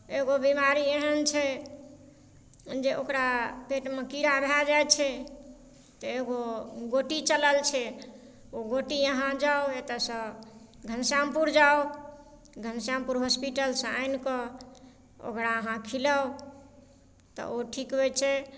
एगो बीमारी एहन छै जे ओकरा पेटमे कीड़ा भए जाइ छै तऽ एगो गोटी चलल छै ओ गोटी अहाँ जाउ एतऽसँ घनश्यामपुर जाउ घनश्यामपुर हॉस्पिटलसँ आनिकऽ ओकरा अहाँ खिलाउ तऽ ओ ठीक होइ छै